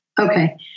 Okay